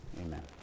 Amen